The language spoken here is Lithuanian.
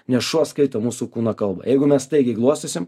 nes šuo skaito mūsų kūno kalbą jeigu mes staigiai glostysim